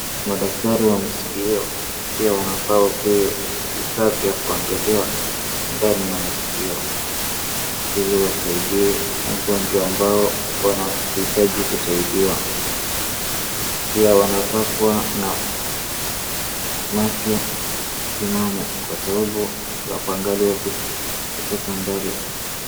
Madaktari wa masikio pia wanafaa wapewe vifaa vya kuangalia ndani ya masikio ili wasaidie wagonjwa ambao wanahitaji kusaidiwa, pia wanafaa kuwa na macho timamu kwa sababu ya kuangalia vitu kutoka mbali.